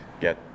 get